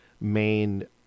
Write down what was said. main